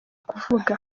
kuvuga